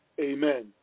amen